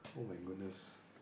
[oh]-my-goodness